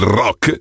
rock